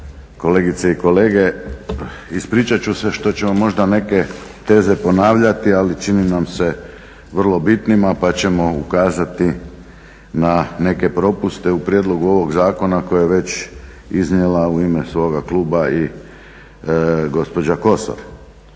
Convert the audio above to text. kolegice i kolege. Ispričat ću se što ću vam možda neke teze ponavljati, ali čini nam se vrlo bitnima, pa ćemo ukazati na neke propuste u prijedlogu ovog zakona koji je već iznijela u ime svoga kluba i gospođa Kosor.